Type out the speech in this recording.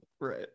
right